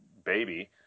baby